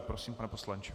Prosím, pane poslanče.